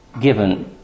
given